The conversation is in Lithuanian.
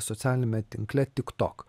socialiniame tinkle tik tok